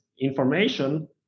information